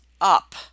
up